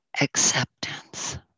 acceptance